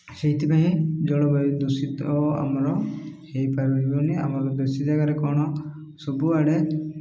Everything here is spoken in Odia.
ସେଇଥିପାଇଁ ଜଳବାୟୁ ଦୂଷିତ ଆମର ହୋଇପାରିବନି ଆମର ଦେଶୀ ଜାଗାରେ କ'ଣ ସବୁଆଡ଼େ